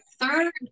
third